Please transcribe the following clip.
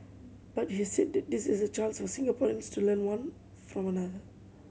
but he said that this is a chance for Singaporeans to learn one from